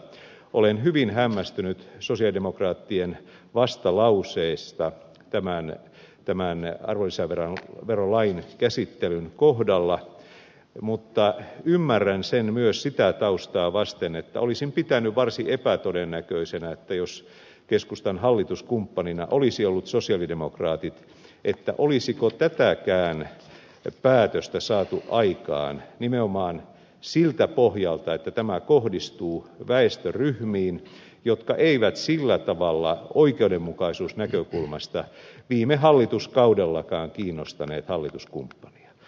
olen hyvin hämmästynyt sosialidemokraattien vastalauseesta tämän arvonlisäverolain käsittelyn kohdalla mutta ymmärrän sen myös sitä taustaa vasten että olisin pitänyt varsin epätodennäköisenä jos keskustan hallituskumppanina olisi ollut sosialidemokraatit että tätäkään päätöstä olisi saatu aikaan nimenomaan siltä pohjalta että tämä kohdistuu väestöryhmiin jotka eivät sillä tavalla oikeudenmukaisuusnäkökulmasta viime hallituskaudellakaan kiinnostaneet hallituskumppania